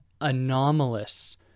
anomalous